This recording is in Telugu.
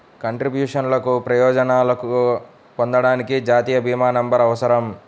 కంట్రిబ్యూషన్లకు ప్రయోజనాలను పొందడానికి, జాతీయ భీమా నంబర్అవసరం